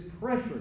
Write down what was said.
pressure